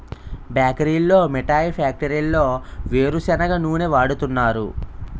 బేకరీల్లో మిఠాయి ఫ్యాక్టరీల్లో వేరుసెనగ నూనె వాడుతున్నారు